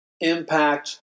impact